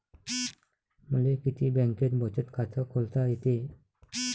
मले किती बँकेत बचत खात खोलता येते?